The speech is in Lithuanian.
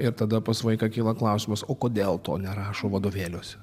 ir tada pas vaiką kyla klausimas o kodėl to nerašo vadovėliuose